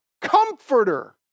comforter